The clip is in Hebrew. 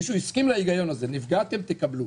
מישהו הסכים להיגיון הזה, נפגעתם, תקבלו.